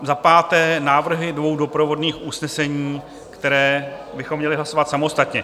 Za páté návrhy dvou doprovodných usnesení, která bychom měli hlasovat samostatně.